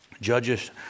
Judges